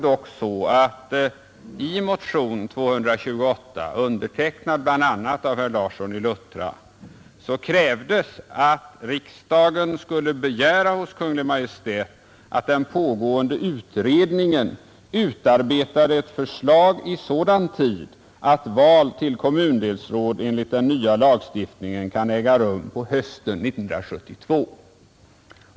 Men i motionen 228, undertecknad av bl.a. herr Larsson i Luttra, krävs att riksdagen skall hos Kungl. Maj:t begära att den pågående utredningen utarbetar ett förslag i sådan tid att valet till kommundelsråd enligt den nya lagen kan äga rum på hösten 1972.